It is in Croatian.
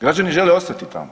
Građani žele ostati tamo?